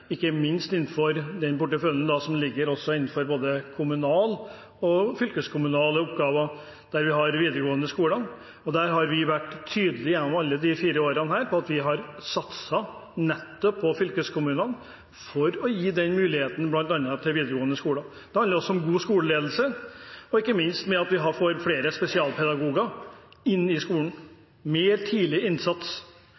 ikke minst muligheten til å ha flere kvalifiserte lærere, ikke minst innenfor porteføljen som ligger innenfor både kommunale og fylkeskommunale oppgaver, der vi har videregående skoler. Der har vi gjennom alle disse fire årene vært tydelige på at vi har satset på nettopp fylkeskommunene for å gi den muligheten til bl.a. videregående skoler. Det handler også om god skoleledelse, og at vi får flere spesialpedagoger inn i skolen